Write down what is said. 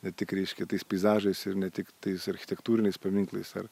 ne tik reiškia tais peizažais ir ne tik tais architektūriniais paminklais ar